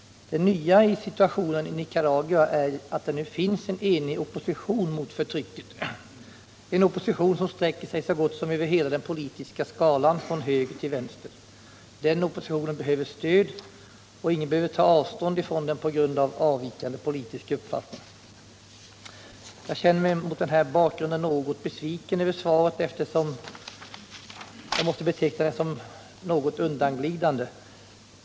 Det nya i situationen är att det i Nicaragua nu finns en enig opposition mot förtrycket, en opposition som sträcker sig över så gott som hela den politiska skalan från höger till vänster. Den oppositionen behöver stöd, och ingen behöver ta avstånd från den på grund av avvikande politisk uppfattning. Jag känner mig mot den här bakgrunden något besviken över svaret, eftersom jag måste beteckna det som något undanglidande.